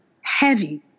heavy